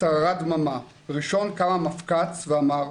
השתררה דממה, ראשון קם המפק"צ ואמר: